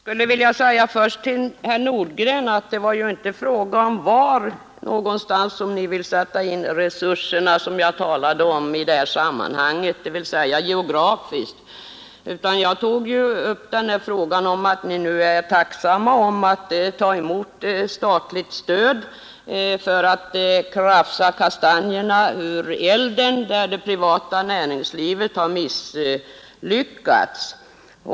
Herr talman! Till herr Nordgren vill jag säga att jag i detta sammanhang inte diskuterade var någonstans geografiskt ni vill sätta in resurserna. Jag tog i stället upp att ni nu tacksamt tar emot det statliga stöd som tillkommit för att staten skall kunna kratsa kastanjerna ur elden där det privata näringslivet misslyckats.